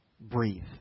breathe